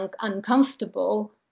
uncomfortable